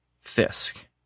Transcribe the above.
Fisk